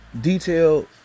detailed